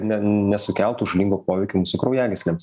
ne nesukeltų žalingo poveikio mūsų kraujagyslėms